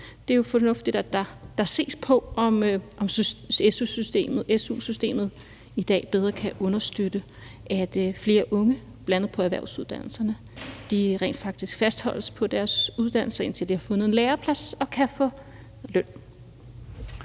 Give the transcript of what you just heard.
Det er jo fornuftigt, at der ses på, om su-systemet i dag bedre kan understøtte, at flere unge lander på erhvervsuddannelserne, og at de rent faktisk fastholdes på deres uddannelser, indtil de har fundet en læreplads og kan få løn.